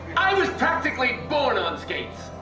i was practically born on skates.